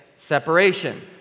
separation